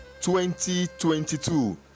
2022